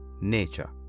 nature